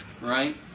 right